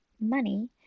money